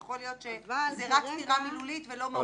יכול להיות שזה רק סתירה מילולית ולא מהותית.